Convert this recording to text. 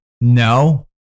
No